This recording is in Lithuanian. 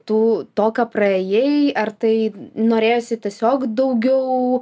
tų to ką praėjai ar tai norėjosi tiesiog daugiau